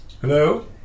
Hello